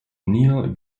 neil